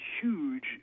huge